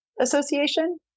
association